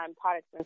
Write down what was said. products